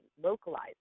localized